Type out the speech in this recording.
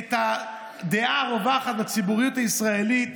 את הדעה הרווחת בציבוריות הישראלית,